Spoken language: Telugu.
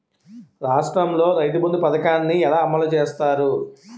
రాష్ట్రంలో రైతుబంధు పథకాన్ని ఎలా అమలు చేస్తారు?